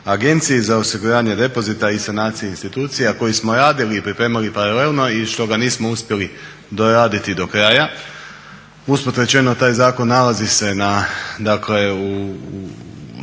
Agenciji za osiguranje depozita i sanaciji institucija koji smo radili i pripremali paralelno i što ga nismo uspjeli doraditi do kraja. Usput rečeno taj zakon nalazi se dakle u